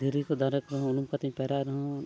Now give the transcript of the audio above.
ᱫᱷᱤᱨᱤᱠᱚ ᱫᱟᱨᱮᱠᱚ ᱩᱱᱩᱢ ᱠᱟᱛᱮᱧ ᱯᱟᱭᱨᱟᱜ ᱨᱮᱦᱚᱸ